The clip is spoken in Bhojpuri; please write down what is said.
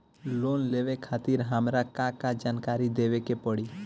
लोन लेवे खातिर हमार का का जानकारी देवे के पड़ी?